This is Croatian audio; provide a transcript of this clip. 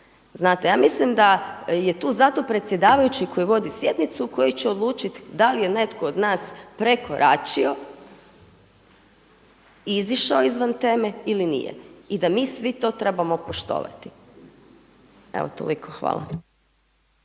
Znate, ja mislim da je tu zato predsjedavajući koji vodi sjednicu i koji će odlučiti da li je netko od nas prekoračio, izašao izvan teme ili nije i da mi svi to trebamo poštovati. Evo toliko. Hvala.